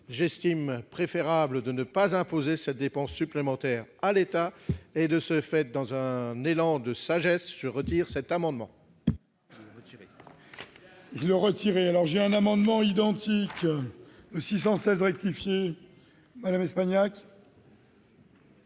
j'estime préférable de ne pas imposer cette dépense supplémentaire à l'État. Dans un élan de sagesse, je retire donc cet amendement.